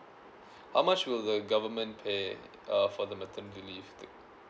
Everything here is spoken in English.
how much will the government pay uh for the maternity leave